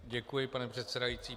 Děkuji, pane předsedající.